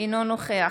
אינו נוכח